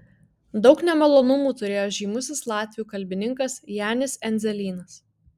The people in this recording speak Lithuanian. daug nemalonumų turėjo žymusis latvių kalbininkas janis endzelynas